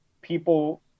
people